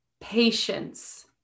patience